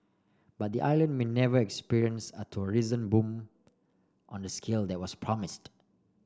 but the island may never experience a tourism boom on the scale that was promised